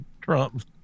trump